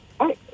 Hi